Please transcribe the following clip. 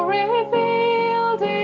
revealed